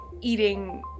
eating